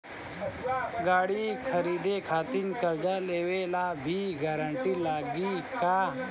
गाड़ी खरीदे खातिर कर्जा लेवे ला भी गारंटी लागी का?